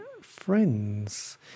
friends